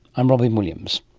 i'm robyn williams